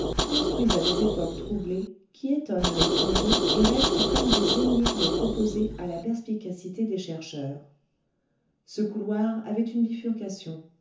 à des époques troublées qui étonnent les curieux et restent comme des énigmes proposées à la perspicacité des chercheurs ce couloir avait une bifurcation